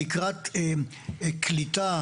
לקראת קליטה.